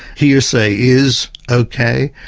hearsay is okay,